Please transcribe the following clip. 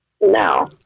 No